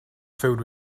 filled